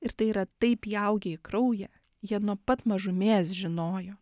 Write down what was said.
ir tai yra taip įaugę į kraują jie nuo pat mažumės žinojo